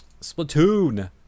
Splatoon